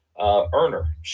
earner